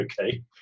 Okay